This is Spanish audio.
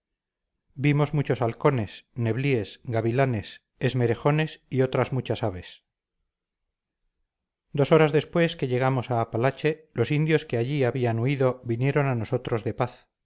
vimos muchos halcones neblíes gavilanes esmerejones y otras muchas aves dos horas después que llegamos a apalache los indios que allí habían huido vinieron a nosotros de paz